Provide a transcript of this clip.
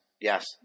Yes